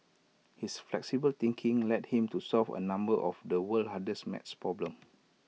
his flexible thinking led him to solve A number of the world's hardest maths problems